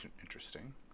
interesting